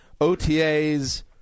OTA's